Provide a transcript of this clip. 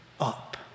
up